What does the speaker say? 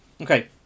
Okay